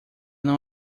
não